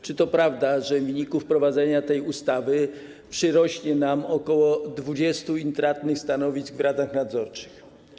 Czy to prawda, że w wyniku wprowadzenia tej ustawy przyrośnie nam ok. 20 intratnych stanowisk w radach nadzorczych?